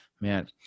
man